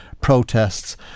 protests